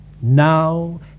Now